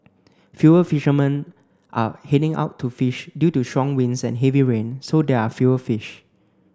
fewer fishermen are heading out to fish due to strong winds and heavy rain so there are fewer fish